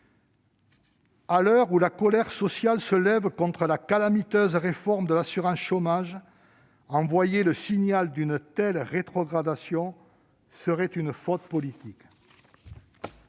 à l'heure où la colère sociale se lève contre la calamiteuse réforme de l'assurance chômage, envoyer le signal d'une telle rétrogradation serait une faute politique.